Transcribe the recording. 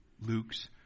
Luke's